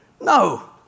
No